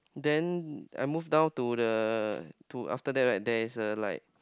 then I moved down to the to after that right there is like